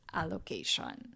allocation